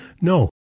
No